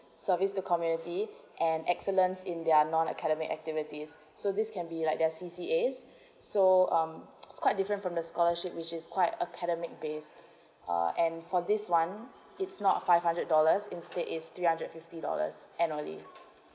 service to community and excellence in their non academic activities so this can be like their C_C_A so um it's quite different from the scholarship which is quite academic based uh and for this one it's not five hundred dollars instead it's three hundred and fifty dollars annually